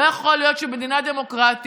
לא יכול להיות שבמדינה דמוקרטית